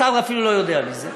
השר אפילו לא יודע מזה.